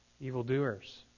evildoers